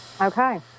Okay